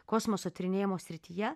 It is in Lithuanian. kosmoso tyrinėjimo srityje